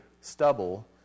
stubble